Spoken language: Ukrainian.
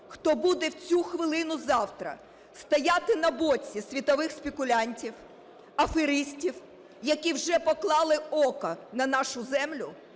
хто буде в цю хвилину завтра стояти на боці світових спекулянтів, аферистів, які вже поклали око на нашу землю…